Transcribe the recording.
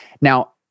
Now